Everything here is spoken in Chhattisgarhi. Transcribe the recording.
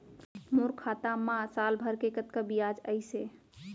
मोर खाता मा साल भर के कतका बियाज अइसे?